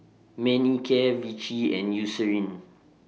Manicare Vichy and Eucerin